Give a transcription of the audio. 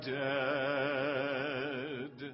dead